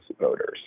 voters